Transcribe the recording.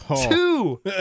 two